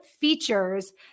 features